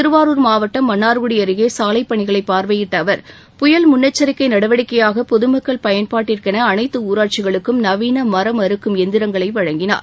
திருவாரூர் மாவட்டம் மன்னார்குடி அருகே சாலைப் பணிகளை பார்வையிட்ட அவர் புயல் முள்ளெச்சரிக்கை நடவடிக்கையாக பொதுமக்கள் பயன்பாட்டிற்கென அனைத்து ஊராட்சிகளுக்கும் நவீன மரம் அறுக்கும் எந்திரங்களை வழங்கினார்